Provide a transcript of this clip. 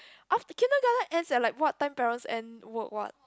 af~ kindergarten ends at like what time parents end work what